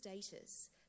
status